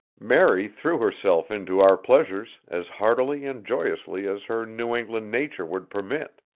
mary threw herself into our pleasures as heartily and joyously as her new england nature would permit,